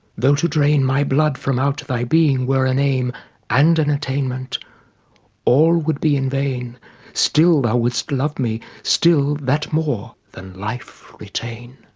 though to drainmy blood from out thy being were an aim and an attainment, all would be in vain still thou would'st love me, still that more than life retain.